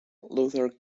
luther